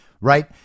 right